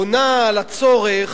עונה על הצורך